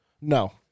No